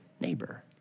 neighbor